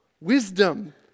wisdom